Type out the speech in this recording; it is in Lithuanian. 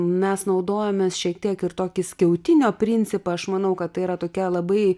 mes naudojomės šiek tiek ir tokį skiautinio principą aš manau kad tai yra tokia labai